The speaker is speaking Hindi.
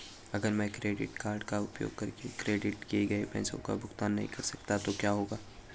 अगर मैं क्रेडिट कार्ड का उपयोग करके क्रेडिट किए गए पैसे का भुगतान नहीं कर सकता तो क्या होगा?